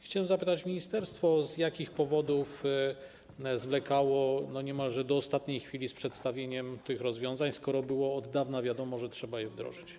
Chciałem zapytać ministerstwo, z jakich powodów zwlekało niemalże do ostatniej chwili z przedstawieniem tych rozwiązań, skoro było od dawna wiadomo, że trzeba je wdrożyć.